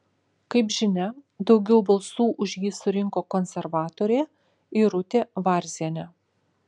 kaip žinia daugiau balsų už jį surinko konservatorė irutė varzienė